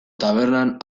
tabernan